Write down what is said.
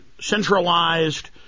centralized